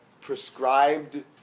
prescribed